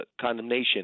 condemnation